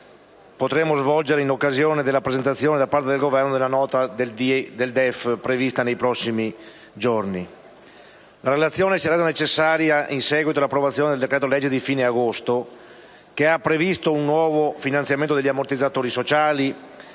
potremo svolgerla in occasione della presentazione da parte del Governo della Nota al DEF, prevista nei prossimi giorni. La Relazione si è resa necessaria in seguito all'approvazione del decreto-legge di fine agosto, che ha previsto un nuovo finanziamento degli ammortizzatori sociali,